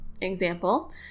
example